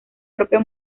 propio